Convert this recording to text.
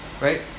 Right